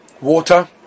water